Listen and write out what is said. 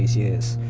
years,